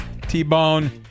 T-Bone